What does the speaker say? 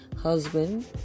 husband